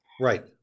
right